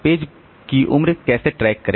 page की उम्र कैसे ट्रैक करें